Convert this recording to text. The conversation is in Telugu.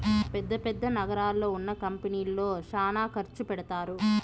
పెద్ద పెద్ద నగరాల్లో ఉన్న కంపెనీల్లో శ్యానా ఖర్చు పెడతారు